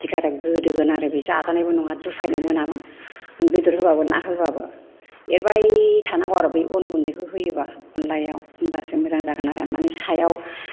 बिदिखा आरो गोदोगोन आरो बे जाजानायबो नङा दुफायनाय मोनामो बेदर होबाबो ना होबाबो एरबाय थानांगौ आरो बे अन गुनदैखौ होयोबा अनलायाव होमबासो मोजां जागोन आरो मानि सायाव